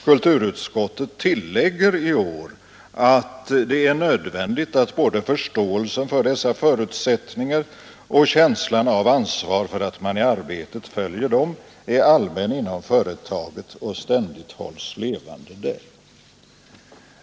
Kulturutskottet tillägger i år att det ”är nödvändigt att både förståelsen för dessa förutsättningar och känslan av ansvar för att man i arbetet följer dem är allmän inom företaget och ständigt hålls levande där”.